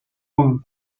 quanto